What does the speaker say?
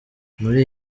muri